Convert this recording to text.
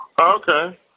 Okay